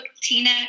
Tina